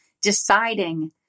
deciding